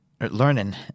learning